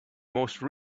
mostly